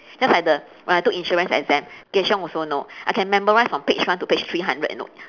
just like the when I took insurance exam kay-xiong also know I can memorise from page one to page three hundred you know